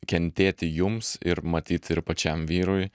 kentėti jums ir matyt ir pačiam vyrui